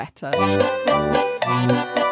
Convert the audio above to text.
better